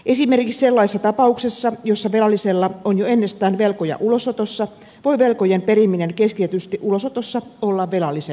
esimerkiksi sellaisessa tapauksessa jossa velallisella on jo ennestään velkoja ulosotossa voi velkojen periminen keskitetysti ulosotossa olla velallisen etu